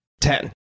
Ten